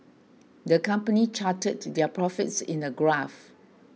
the company charted their profits in a graph